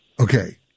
Okay